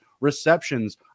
receptions